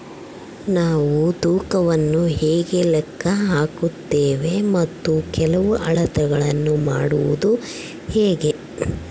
ನಾವು ತೂಕವನ್ನು ಹೇಗೆ ಲೆಕ್ಕ ಹಾಕುತ್ತೇವೆ ಮತ್ತು ಕೆಲವು ಅಳತೆಗಳನ್ನು ಮಾಡುವುದು ಹೇಗೆ?